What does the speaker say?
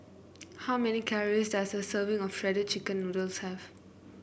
how many calories does a serving of Shredded Chicken Noodles have